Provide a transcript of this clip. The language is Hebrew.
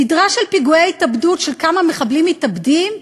סדרה של פיגועי התאבדות, של כמה מחבלים מתאבדים,